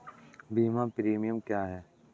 बीमा प्रीमियम क्या है?